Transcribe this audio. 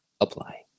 apply